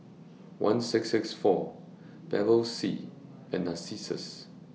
one six six four Bevy C and Narcissus